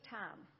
time